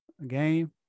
Again